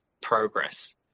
progress